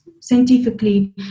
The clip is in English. scientifically